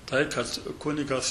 tai kad kunigas